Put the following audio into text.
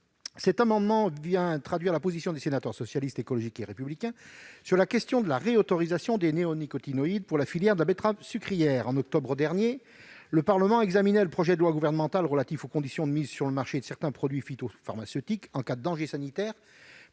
Cet amendement traduit la position des sénateurs du groupe Socialiste, Écologiste et Républicain sur la question de la réautorisation des néonicotinoïdes pour la filière de la betterave sucrière. Au mois d'octobre dernier, le Parlement a examiné le projet de loi relatif aux conditions de mise sur le marché de certains produits phytopharmaceutiques en cas de danger sanitaire